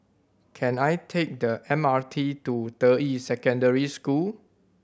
can I take the M R T to Deyi Secondary School